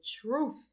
truth